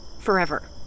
Forever